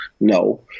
No